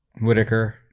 Whitaker